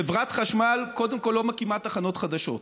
חברת חשמל, קודם כול, לא מקימה תחנות חדשות.